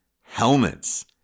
helmets